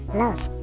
love